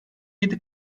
yedi